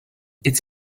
its